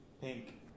pink